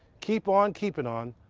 keep on keeping on.